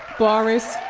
boris.